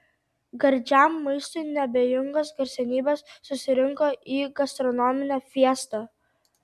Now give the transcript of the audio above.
gardžiam maistui neabejingos garsenybės susirinko į gastronominę fiestą